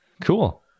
Cool